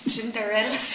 Cinderella